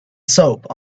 soap